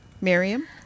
Miriam